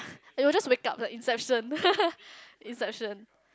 I will just wake up like Inception Inception